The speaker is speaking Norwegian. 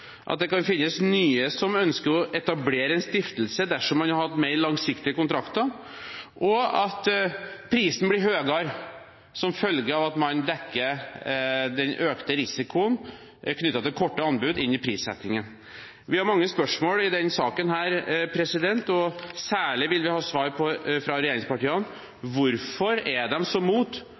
at det kan finnes nye som kunne ønske å etablere en stiftelse dersom man hadde hatt mer langsiktige kontrakter, og at prisen blir høyere som følge av at man dekker den økte risikoen knyttet til korte anbud inn i prissettingen. Vi har mange spørsmål i denne saken, og særlig vil vi ha svar fra regjeringspartiene på hvorfor de er